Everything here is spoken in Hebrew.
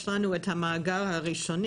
יש לנו את המאגר הראשוני,